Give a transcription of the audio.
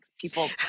People